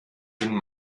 ihnen